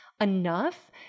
enough